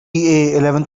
eleven